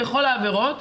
בכל העבירות,